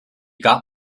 got